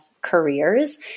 careers